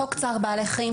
חוק צער בעלי חיים,